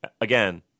again